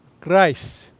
CHRIST